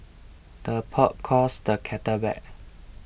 the pot calls the kettle black